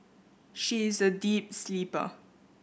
she is a deep sleeper